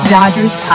Dodgers